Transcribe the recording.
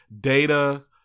Data